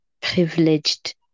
privileged